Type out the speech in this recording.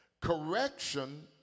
Correction